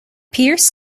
pierce